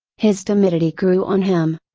his timidity grew on him.